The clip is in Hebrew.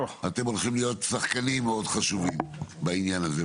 אתם הולכים להיות שחקנים מאוד חשובים בעניין הזה.